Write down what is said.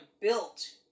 built